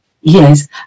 Yes